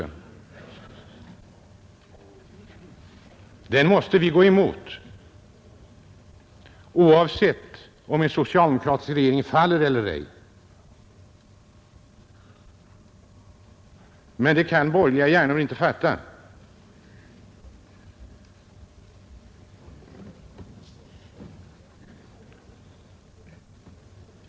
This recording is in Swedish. En sådan lag måste vi gå emot oavsett om en socialdemokratisk regering faller eller ej, men det kan tydligen borgerliga hjärnor inte fatta.